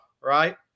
right